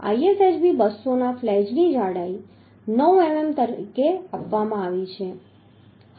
ISHB 200 ના ફ્લેંજની જાડાઈ 9 mm તરીકે આપવામાં આવી છે